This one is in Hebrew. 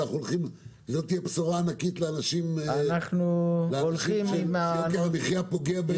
זו תהיה בשורה ענקית לאנשים שיוקר המחיה פוגע בהם.